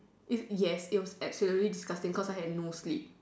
is yes it was absolutely disgusting cause I had no sleep